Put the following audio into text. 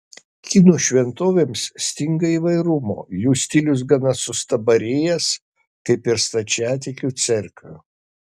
kinų šventovėms stinga įvairumo jų stilius gana sustabarėjęs kaip ir stačiatikių cerkvių